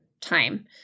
time